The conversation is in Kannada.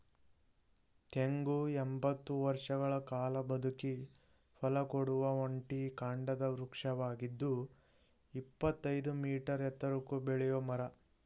ತೆಂಗು ಎಂಬತ್ತು ವರ್ಷಗಳ ಕಾಲ ಬದುಕಿ ಫಲಕೊಡುವ ಒಂಟಿ ಕಾಂಡದ ವೃಕ್ಷವಾಗಿದ್ದು ಇಪ್ಪತ್ತಯ್ದು ಮೀಟರ್ ಎತ್ತರಕ್ಕೆ ಬೆಳೆಯೋ ಮರ